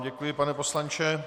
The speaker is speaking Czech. Děkuji vám, pane poslanče.